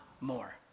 more